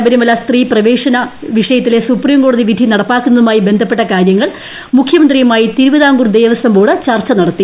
ശബരിമല സ്ത്രീപ്രവേശന വിഷയത്തിലെ സുപ്രീംകോടതി വിധി നടപ്പാക്കുന്നതുമായി ബന്ധപ്പെട്ട കാര്യങ്ങൾ മുഖ്യമന്ത്രിയുമായി തിരുവിതാംകൂർ ദേവസ്വംബോർഡ് ചർച്ച നടത്തി